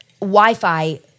Wi-Fi